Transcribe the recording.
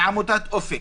מעמותת אופק